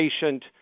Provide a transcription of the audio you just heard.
patient